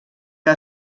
que